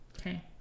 Okay